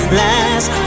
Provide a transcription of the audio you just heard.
last